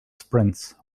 sprints